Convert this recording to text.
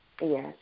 Yes